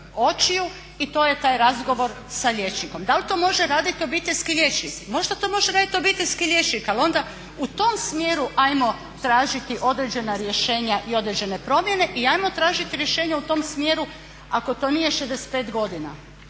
očiju i to je taj razgovor sa liječnikom. Da li to može raditi obiteljski liječnik? Možda to može raditi obiteljski liječnik ali onda u tom smjeru ajmo tražiti određena rješenja i određene promjene i ajmo tražiti rješenja u tom smjeru ako to nije 65 godina,